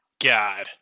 God